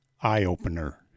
eye-opener